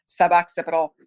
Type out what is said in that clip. suboccipital